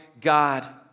God